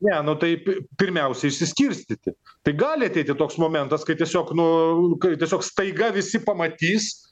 ne nu tai pi pirmiausia išsiskirstyti tai gali ateiti toks momentas kai tiesiog nu tiesiog staiga visi pamatys